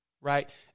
right